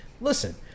listen